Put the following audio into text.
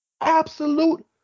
absolute